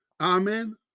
Amen